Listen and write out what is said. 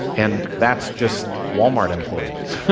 and that's just walmart employees.